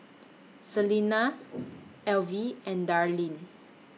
Salina Elvie and Darlene